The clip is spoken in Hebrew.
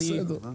אבל בסדר.